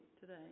today